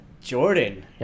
Jordan